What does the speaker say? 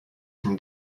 from